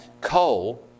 coal